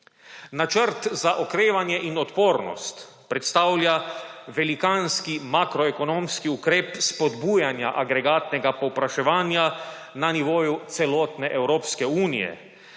Načrt za okrevanje in odpornost predstavlja velikanski makroekonomski ukrep spodbujanja agregatnega povpraševanja na nivoju celotne Evropske unije,